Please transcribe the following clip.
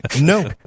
No